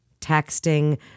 texting